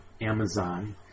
Amazon